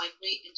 likely